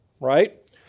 right